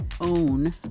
own